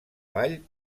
vall